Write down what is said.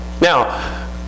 Now